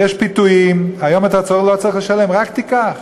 ויש פיתויים, והיום אתה לא צריך לשלם, רק תיקח.